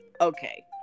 Okay